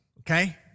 okay